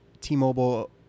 T-Mobile